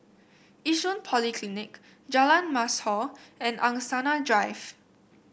Yishun Polyclinic Jalan Mashhor and Angsana Drive